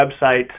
website